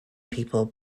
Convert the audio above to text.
people